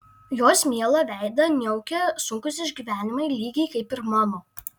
jos mielą veidą niaukia sunkūs išgyvenimai lygiai kaip ir mano